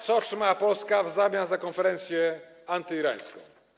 Co otrzymała Polska w zamian za konferencję antyirańską?